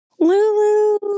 Lulu